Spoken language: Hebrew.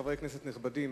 חברי כנסת נכבדים,